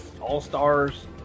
All-Stars